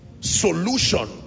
solution